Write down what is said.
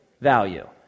value